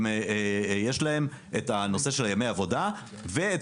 יש להן את הנושא של ימי עבודה ואת